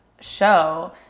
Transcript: show